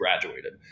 graduated